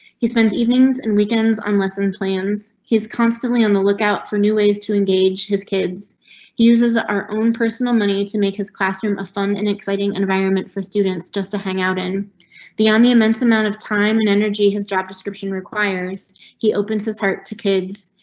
he spends evenings. and weekends on lesson plans. he's constantly on the lookout for new ways to engage his kids. he uses our own personal money to make his classroom a fun and exciting environment for students just to hang out in the on. the immense amount of time in enerji. his job description requires he opens his heart to kids.